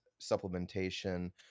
supplementation